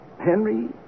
Henry